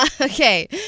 Okay